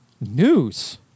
News